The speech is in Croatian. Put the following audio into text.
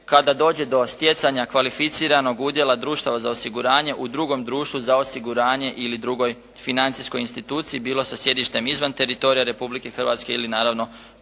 kada dođe do stjecanja kvalificiranog udjela društava za osiguranje u drugom društvu za osiguranje ili drugoj financijskoj instituciji, bilo sa sjedištem izvan teritorija Republike Hrvatske ili naravno